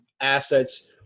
assets